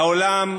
לעולם,